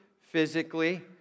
physically